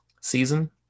season